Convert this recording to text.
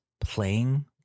Playing